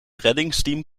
reddingsteam